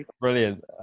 Brilliant